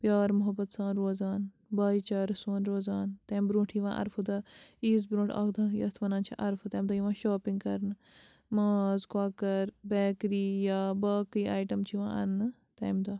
پیار محبت سان روزان بھایی چارٕ سون روزان تَمہِ برٛونٛٹھ یِوان عرفہٕ دۄہ عیٖذ برٛونٛٹھ اَکھ دۄہ یَتھ وَنان چھِ عرفہٕ تَمہِ دۄہ یِوان شاپِنٛگ کرنہٕ ماز کۄکَر بیکری یا باقٕے آیٹَم چھِ یِوان اَننہٕ تَمہِ دۄہ